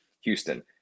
Houston